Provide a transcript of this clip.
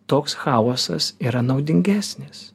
toks chaosas yra naudingesnis